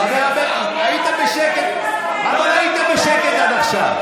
היית בשקט, אבל היית בשקט עד עכשיו.